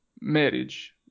marriage